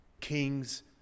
kings